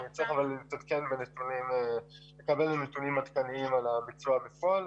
אני צריך לקבל נתונים עדכניים על הביצוע בפועל.